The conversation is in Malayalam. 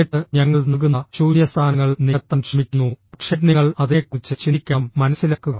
എന്നിട്ട് ഞങ്ങൾ നൽകുന്ന ശൂന്യസ്ഥാനങ്ങൾ നികത്താൻ ശ്രമിക്കുന്നു പക്ഷേ നിങ്ങൾ അതിനെക്കുറിച്ച് ചിന്തിക്കണം മനസ്സിലാക്കുക